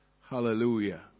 Hallelujah